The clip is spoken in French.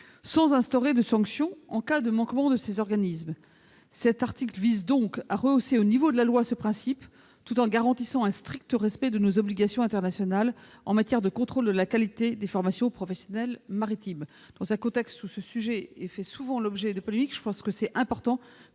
sans instaurer de sanction en cas de manquement de ces organismes. Cet article vise donc à rehausser au niveau de la loi ce principe tout en garantissant un strict respect de nos obligations internationales en matière de contrôle de la qualité des formations professionnelles maritimes. Dans un contexte où ce sujet fait souvent l'objet de polémiques, il est important